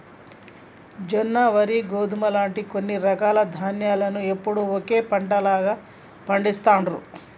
జొన్న, వరి, గోధుమ లాంటి కొన్ని రకాల ధాన్యాలను ఎప్పుడూ ఒకే పంటగా పండిస్తాండ్రు